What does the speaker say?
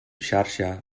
xarxa